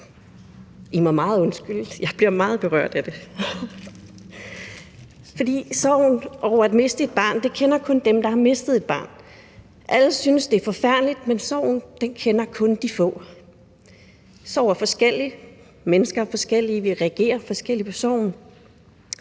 så påvirket, men jeg bliver meget berørt af det. For sorgen over at miste et barn kender kun dem, der har mistet et barn. Alle synes, det er forfærdeligt, men sorgen kender kun de få. Sorg er forskellig, mennesker er forskellige, vi reagerer forskelligt på sorgen.